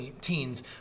teens